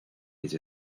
les